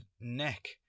neck